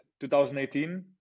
2018